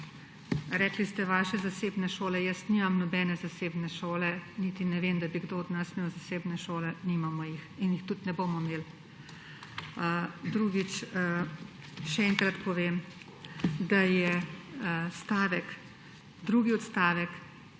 rekli ste »vaše zasebne šole«. Jaz nimam nobene zasebne šole niti ne vem, da bi kdo od nas imel zasebne šole, nimamo jih in jih tudi ne bomo imeli. Drugič, še enkrat povem, da drugi odstavek